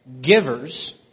Givers